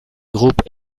groupe